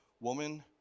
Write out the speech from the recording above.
Woman